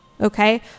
Okay